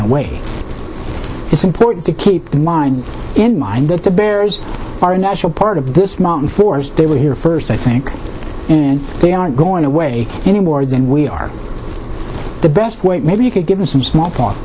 away it's important to keep in mind in mind that the bears are a natural part of this mountain force they were here first i think and they aren't going away any more than we are the best way to maybe you could give us some small